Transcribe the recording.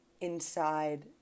inside